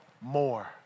more